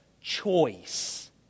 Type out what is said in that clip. choice